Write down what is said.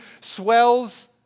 swells